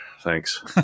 Thanks